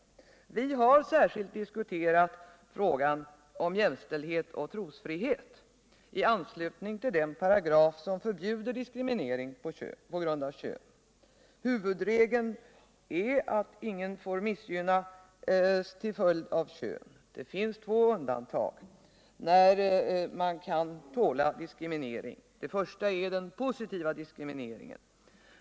Vi har särskilt diskuterat frågan om jämställdhet och trosfrihet i anslutning till den paragraf som förbjuder diskriminering på grund av kön. Huvudregeln är att ingen får missgynnas till följd av kön. Det finns två undantag, när man kan tåla diskriminering. Det första är den positiva diskrimineringen.